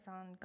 on